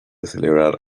celebrar